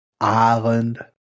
Island